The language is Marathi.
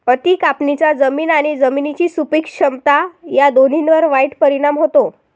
अति कापणीचा जमीन आणि जमिनीची सुपीक क्षमता या दोन्हींवर वाईट परिणाम होतो